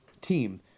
team